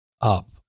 up